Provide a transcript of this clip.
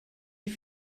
die